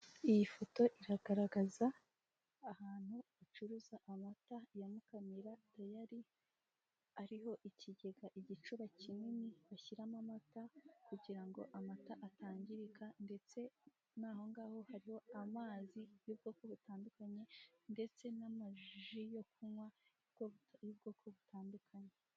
Iyi foto iragaragaza ahantu bacuruza amata ya Mukamira deyari ariho ikigega igicuba kinini bashyiramo amata kugira ngo amata atangirika ndetse mo aho ngaho hariho amazi y'ubwoko butandukanye ndetse n'amaji yo kunywa y'ubwoko butandukanye.